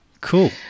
cool